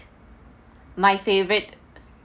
my favourite